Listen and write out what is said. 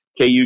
KU